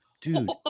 Dude